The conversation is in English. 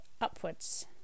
upwards